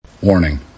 Warning